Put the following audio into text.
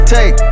Take